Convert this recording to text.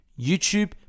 YouTube